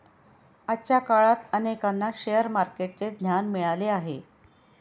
आजच्या काळात अनेकांना शेअर मार्केटचे ज्ञान मिळाले आहे